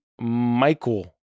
Michael